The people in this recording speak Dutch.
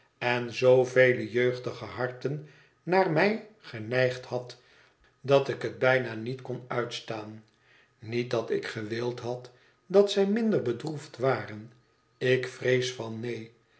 en zoovele jeugdige harten naar mij geneigd had dat ik het bijna niet kon uiteen vaarwel aan oude vrienden staan niet dat ik gewild had dat zij minder bedroefd waren ik vrees van neen